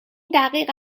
دقیقا